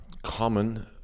Common